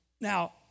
Now